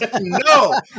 No